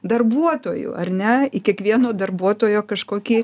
darbuotojų ar ne kiekvieno darbuotojo kažkokį